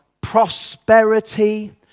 prosperity